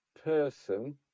person